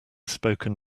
spoken